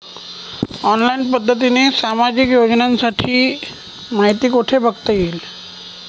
Online पद्धतीने सामाजिक योजनांची माहिती कुठे बघता येईल?